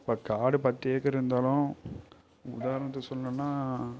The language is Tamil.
இப்போ காடு பத்து ஏக்கர் இருந்தாலும் உதாரணத்துக்கு சொல்லணும்னா